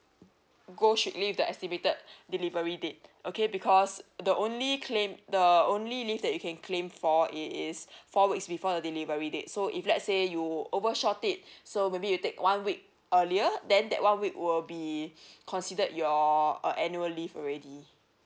go strictly with the estimated delivery date okay because the only claim the only leave that you can claim for it is four weeks before the delivery date so if let's say you over short it so maybe you take one week earlier than that one week will be considered your uh annual leave already